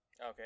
Okay